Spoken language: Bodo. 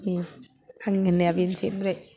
ओं होन्नाया बेनोसै ओमफ्राय